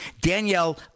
Danielle